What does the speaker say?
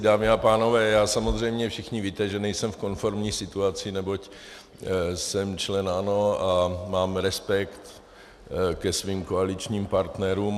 Dámy a pánové, já samozřejmě, všichni víte, že nejsem v konformní situaci, neboť jsem člen ANO a mám respekt ke svým koaličním partnerům.